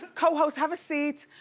cohost, have a seat.